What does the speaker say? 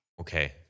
Okay